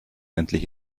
endlich